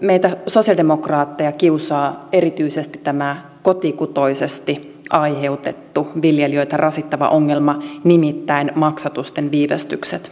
meitä sosialidemokraatteja kiusaa erityisesti tämä kotikutoisesti aiheutettu viljelijöitä rasittava ongelma nimittäin maksatusten viivästykset